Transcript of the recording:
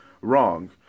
wrong